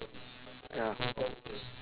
ya